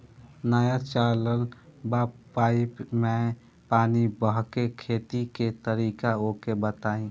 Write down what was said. नया चलल बा पाईपे मै पानी बहाके खेती के तरीका ओके बताई?